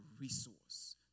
resource